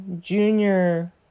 junior